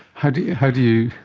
how do how do you?